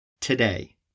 today